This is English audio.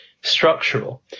structural